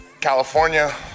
California